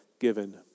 given